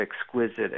exquisite